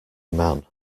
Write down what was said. man